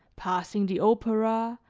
passing the opera,